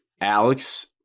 Alex